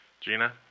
Gina